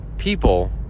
People